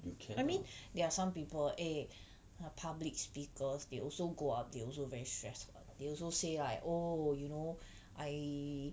you can lah